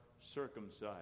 circumcised